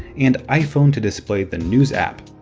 and iphone to display the news app.